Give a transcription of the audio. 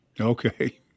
Okay